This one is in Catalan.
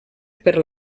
per